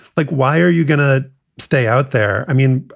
like, why are you going to stay out there? i mean,